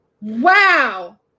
Wow